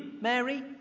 Mary